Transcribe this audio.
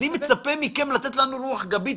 אני מצפה מכם לתת לנו רוח גבית.